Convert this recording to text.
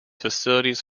facilities